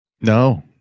No